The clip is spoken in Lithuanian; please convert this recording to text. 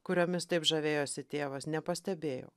kuriomis taip žavėjosi tėvas nepastebėjau